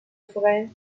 forêt